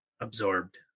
absorbed